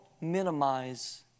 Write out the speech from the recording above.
minimize